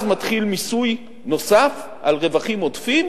אז מתחיל מיסוי נוסף על רווחים עודפים